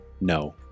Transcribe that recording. No